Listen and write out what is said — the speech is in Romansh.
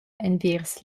enviers